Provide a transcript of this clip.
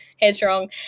headstrong